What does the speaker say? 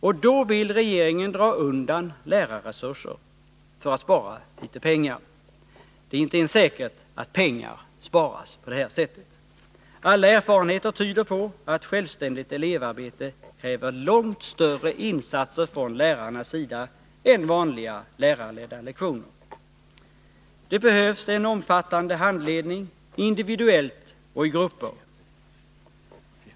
Och då vill regeringen dra undan lärarresurser — för att spara litet pengar. Det är inte ens säkert att pengar sparas på det här sättet. Alla erfarenheter tyder på att självständigt elevarbete kräver långt större insatser från lärarnas sida än vanliga, lärarledda lektioner. Det behövs en omfattande handledning — inviduellt och i grupper.